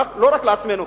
לא רק לעצמנו,